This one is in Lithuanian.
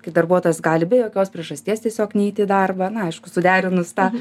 kai darbuotojas gali be jokios priežasties tiesiog neiti į darbą na aišku suderinus tą